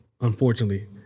unfortunately